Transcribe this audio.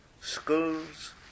schools